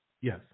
Yes